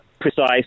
precise